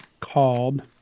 called